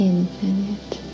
Infinite